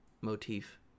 motif